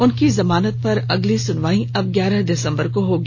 उनकी जमानत पर अगली सुनवाई अब ग्यारह दिसंबर को होगी